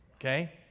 Okay